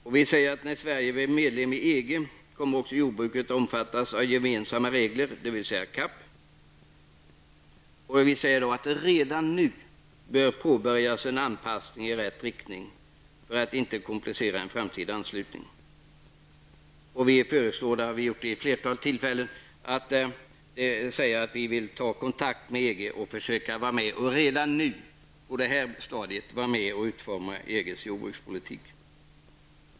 Vi framhåller vidare: ''När Sverige blir medlem i EG kommer också jordbruket att omfattas av gemensamma regler, dvs. CAP. Redan nu bör påbörjas en anpassning i rätt riktning för att inte onödigtvis komplicera en framtida anslutning.'' Som vi gjort vid ett flertal tillfällen uttalar vi att Sverige bör etablera kontakt med EG i syfte att redan på detta stadium delta i utformningen av EGs jordbrukspolitik.